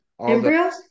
Embryos